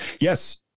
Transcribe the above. Yes